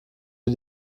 wir